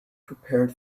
prepared